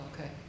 okay